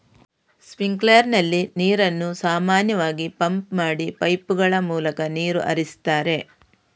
sprinkler ನಲ್ಲಿ ನೀರನ್ನು ಸಾಮಾನ್ಯವಾಗಿ ಪಂಪ್ ಮಾಡಿ ಪೈಪುಗಳ ಮೂಲಕ ನೀರು ಹರಿಸ್ತಾರೆ